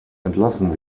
entlassen